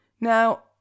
now